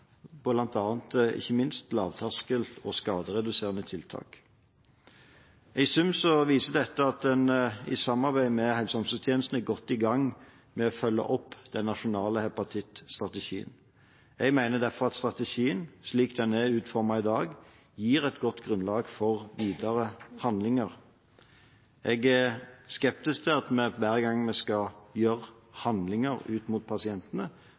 ikke minst – lavterskeltiltak og skadereduserende tiltak. I sum viser dette at en i samarbeid med helse- og omsorgstjenestene er godt i gang med å følge opp den nasjonale hepatittstrategien. Jeg mener derfor at strategien, slik den er utformet i dag, gir et godt grunnlag for videre handlinger. Jeg er skeptisk til at vi hver gang vi skal gjøre handlinger ut mot pasientene,